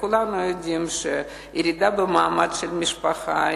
כולנו יודעים שירידה במעמד של המשפחה,